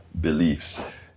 beliefs